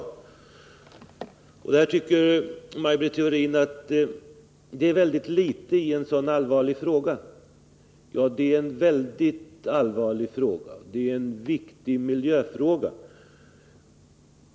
Maj Britt Theorin tycker att mitt svar innebär väldigt litet i en så allvarlig fråga. Ja, det är en mycket allvarlig fråga — det är en viktig miljöfråga.